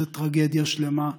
זו טרגדיה שלמה.